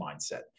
mindset